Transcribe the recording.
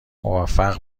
موفق